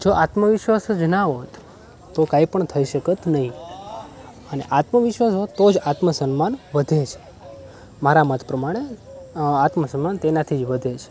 જો આત્મવિશ્વાસ જ ના હોત તો કંઈ પણ થઈ શક્ત નહીં અને આત્મવિશ્વાસ હોત તો જ આત્મસન્માન વધે છે મારા મત પ્રમાણે આત્મસન્માન તેનાથી જ વધે છે